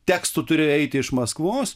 tekstų turi eiti iš maskvos